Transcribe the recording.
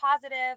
positive